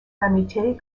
l’amitié